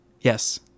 Yes